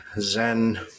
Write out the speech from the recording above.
Zen